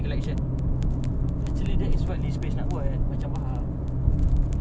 all these all these data about complaints is good [tau] bro so when people want to sell stuff